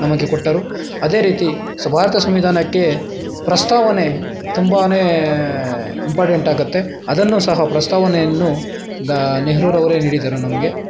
ನಮಗೆ ಕೊಟ್ಟರು ಅದೇ ರೀತಿ ಸೊ ಭಾರತ ಸಂವಿಧಾನಕ್ಕೆ ಪ್ರಸ್ತಾವನೆ ತುಂಬಾ ಇಂಪಾರ್ಟೆಂಟ್ ಆಗುತ್ತೆ ಅದನ್ನೂ ಸಹ ಪ್ರಸ್ತಾವನೆಯನ್ನು ಗಾ ನೆಹರೂರವರೇ ನೀಡಿದ್ದರು ನಮಗೆ